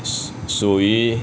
属属于